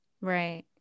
right